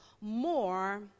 more